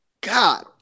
God